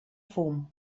fum